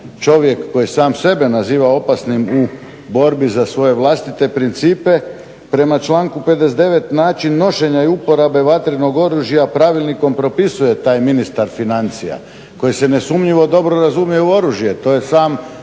čovjek koji sam sebe naziva opasnim u borbi za svoje vlastite principe prema članku 59.način nošenja i uporabe vatrenog oružja pravilnikom propisuje taj ministar financija koji se nesumnjivo dobro razumije u oružje.